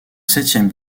septième